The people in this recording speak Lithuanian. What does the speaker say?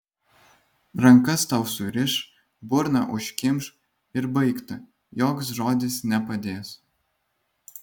rankas tau suriš burną užkimš ir baigta joks žodis nepadės